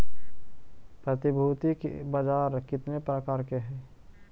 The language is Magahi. प्रतिभूति के बाजार केतने प्रकार के हइ?